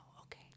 okay